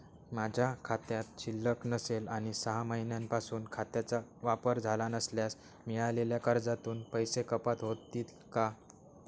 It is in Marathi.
माझ्या खात्यात शिल्लक नसेल आणि सहा महिन्यांपासून खात्याचा वापर झाला नसल्यास मिळालेल्या कर्जातून पैसे कपात होतील का?